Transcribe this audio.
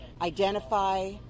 identify